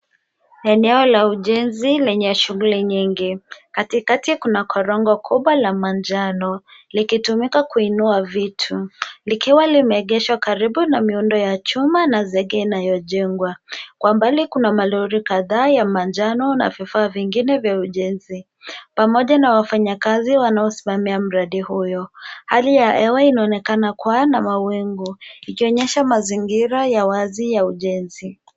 Eneo la ujenzi lenye shughuli nyingi. Katikati kuna korongo kubwa la manjano likitumika kuinua vitu likiwa limeegeshwa karibu na miundo ya chuma na zege inayojengwa. Kwa mbali kuna malori kadhaa ya manjano na vifaa vingine vya ujenzi pamoja na wafanyakazi wanaosimamia mradi huo. Hali ya hewa inaonekana kwa na mawingu ikionyesha mazingira ya wazi ya ujenzi.